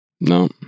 No